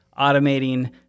automating